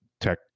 tech